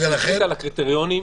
שהכריזה על הקריטריונים,